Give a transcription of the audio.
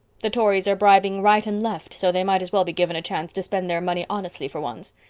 the tories are bribing right and left, so they might as well be given a chance to spend their money honestly for once.